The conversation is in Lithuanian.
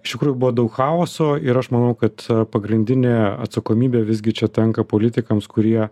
iš tikrųjų buvo daug chaoso ir aš manau kad pagrindinė atsakomybė visgi čia tenka politikams kurie